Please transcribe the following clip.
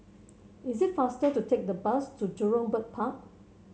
is it faster to take the bus to Jurong Bird Park